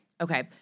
okay